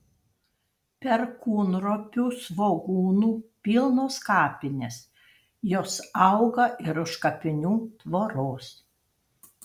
perkūnropių svogūnų pilnos kapinės jos auga ir už kapinių tvoros